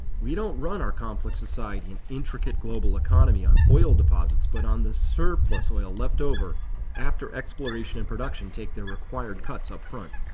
we don't run our complex society and intricate global economy on oil deposits, but on the so isurplus i oil left over after exploration and production take their required cuts upfront.